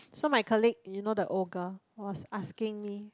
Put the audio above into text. so my colleague you know the old girl was asking me